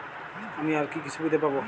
আমি আর কি কি সুবিধা পাব?